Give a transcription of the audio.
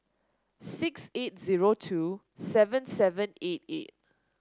six eight zero two seven seven eight eight